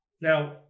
now